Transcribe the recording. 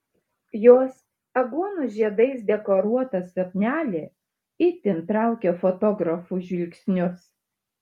jos aguonų žiedais dekoruota suknelė itin traukė fotografų žvilgsnius